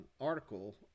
article